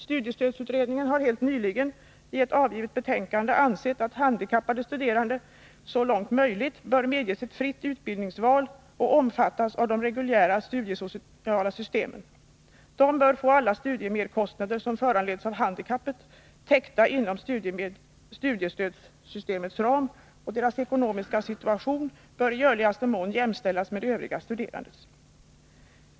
Studiestödsutredningen har helt nyligen i ett avgivet betänkande ansett att handikappade studerande så långt som möjligt bör medges ett fritt utbildningsval och omfattas av de reguljära studiesociala systemen. De bör få alla studiemerkostnader som föranleds av handikappet täckta inom studiestödssystemets ram, och deras ekonomiska situation bör i görligaste mån jämställas med övriga studerandes.